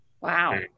Wow